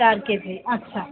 চার কেজি আচ্ছা